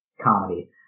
comedy